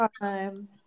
time